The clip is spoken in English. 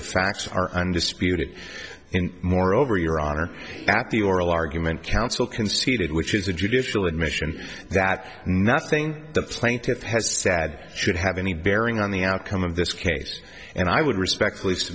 the facts are undisputed and moreover your honor at the oral argument counsel conceded which is a judicial admission that nothing the plaintiffs has said should have any bearing on the outcome of this case and i would respect